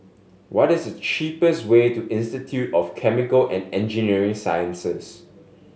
what is the cheapest way to Institute of Chemical and Engineering Sciences